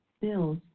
bills